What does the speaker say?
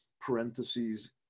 parentheses